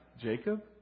Jacob